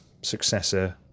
successor